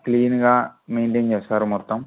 క్లీన్గా మైంటైన్ చేస్తారు మొత్తం